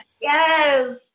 yes